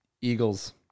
Eagles